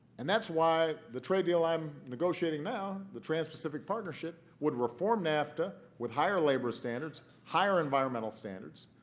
and that's why the trade deal i'm negotiating now, the transpacific partnership, would reform nafta with higher labor standards, higher environmental standards,